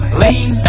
lean